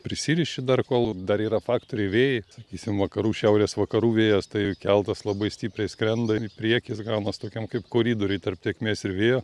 prisiriši dar kol dar yra faktoriai vėjai sakysim vakarų šiaurės vakarų vėjas tai keltas labai stipriai skrenda ir priekis gaunas tokiam kaip koridoriuj tarp tėkmės ir vėjo